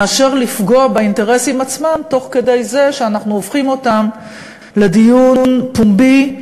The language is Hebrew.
מאשר לפגוע באינטרסים עצמם תוך כדי זה שאנחנו הופכים אותם לדיון פומבי,